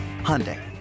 Hyundai